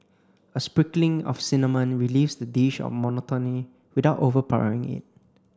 a sprinkling of cinnamon relieves the dish of monotony without overpowering it